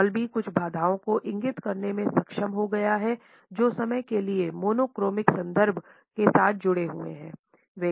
hall भी कुछ बाधाओं को इंगित करने में सक्षम हो गया है जो समय के लिए मोनोक्रोमिक संदर्भ के साथ जुड़े हुए हैं